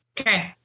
okay